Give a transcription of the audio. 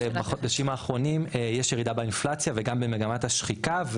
שבחודשים האחרונים יש ירידה באינפלציה וגם במגמת השחיקה.